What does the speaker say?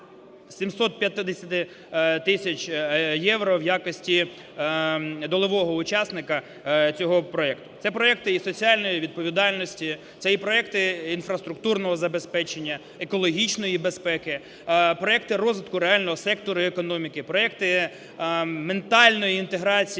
750 тисяч євро в якості долевого учасника цього проекту. Це проекти і соціальної відповідальності, це і проект інфраструктурного забезпечення, екологічної безпеки, проекти розвитку реального сектору економіки, проекти ментальної інтеграції